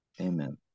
amen